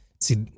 See